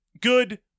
Good